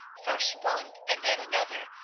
first one and then another,